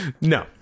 No